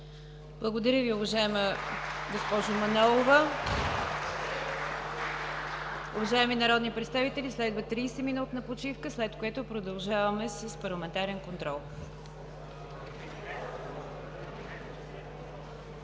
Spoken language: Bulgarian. Благодаря Ви, уважаема госпожо Манолова. Уважаеми народни представители, следва тридесетминутна почивка, след което продължаваме с парламентарен контрол.